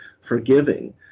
forgiving